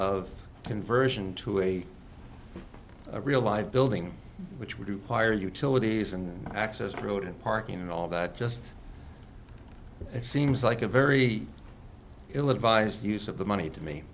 of conversion to a real live building which would require utilities and access road and parking and all that just seems like a very ill advised use of the money to me